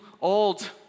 old